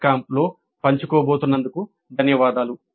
com లో పంచుకున్నందుకు ధన్యవాదాలు